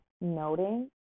noting